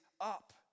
up